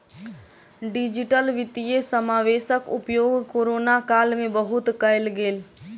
digital वित्तीय समावेशक उपयोग कोरोना काल में बहुत कयल गेल